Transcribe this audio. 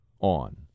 on